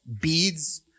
beads